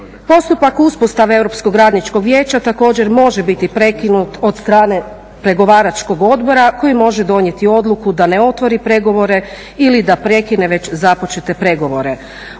Postupak uspostave Europskog radničkog vijeća također može biti prekinut od strane pregovaračkog odbora koji može donijeti odluku da ne otvori pregovore ili da prekine već započete pregovore.